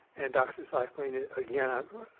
and doxycycline, again, i